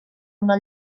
una